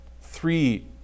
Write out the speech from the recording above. three